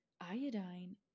iodine